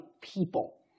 people